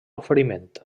oferiment